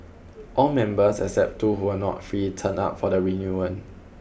all members except two who were not free turned up for the reunion